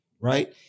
right